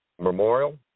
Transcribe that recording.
memorial